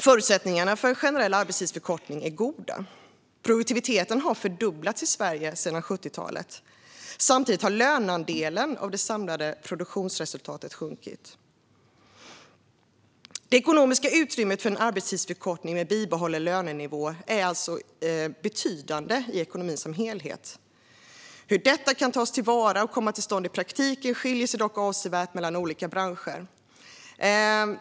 Förutsättningarna för en generell arbetstidsförkortning är goda. Produktiviteten har fördubblats i Sverige sedan 70-talet. Samtidigt har löneandelen av det samlade produktionsresultatet sjunkit. Det ekonomiska utrymmet för en arbetstidsförkortning med bibehållen lönenivå är alltså betydande i ekonomin som helhet. Hur detta kan tas till vara så att en arbetstidsförkortning kan komma till stånd i praktiken skiljer sig dock avsevärt mellan olika branscher.